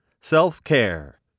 Self-Care